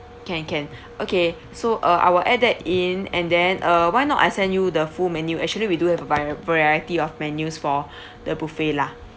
can can okay so uh I will add that in and then uh why not I send you the full menu actually we do have a var~ variety of menus for the buffet lah